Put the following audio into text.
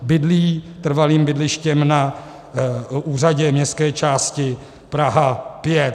Bydlí trvalým bydlištěm na Úřadu městské části Praha 5.